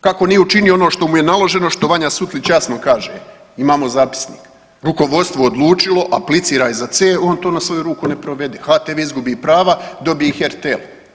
Kako nije učinio ono što mu je naloženo, što Vanja Sutlić jasno kaže, imamo zapisnik, rukovodstvo odlučilo, apliciraj za C, on to na svoju ruku ne provede, HTV izgubi prava, dobije ih RTL.